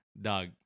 Dog